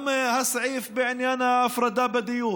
גם הסעיף בעניין ההפרדה בדיור,